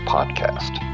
Podcast